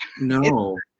No